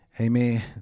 Amen